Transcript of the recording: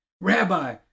Rabbi